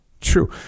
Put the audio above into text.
True